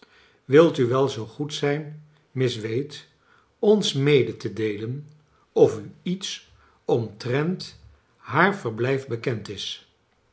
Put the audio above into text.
wilt u wel zoo goed zijn miss wade ons mede te deelen of u lets omtrent haar verblijf bekend is